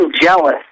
jealous